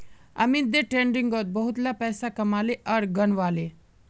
Amit day ट्रेडिंगत बहुतला पैसा कमाले आर गंवाले